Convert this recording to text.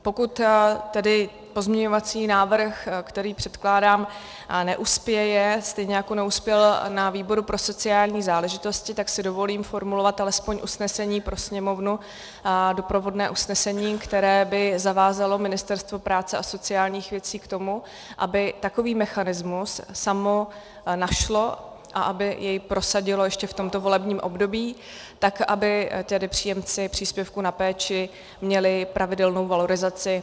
Pokud tedy pozměňovací návrh, který předkládám, neuspěje, stejně jako neuspěl ve výboru pro sociální záležitosti, tak si dovolím formulovat alespoň usnesení pro Sněmovnu, doprovodné usnesení, které by zavázalo Ministerstvo práce a sociálních věcí k tomu, aby takový mechanismus samo našlo a aby i prosadilo ještě v tomto volebním období tak, aby příjemci příspěvku na péči měli pravidelnou valorizaci.